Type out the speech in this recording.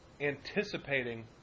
anticipating